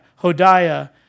Hodiah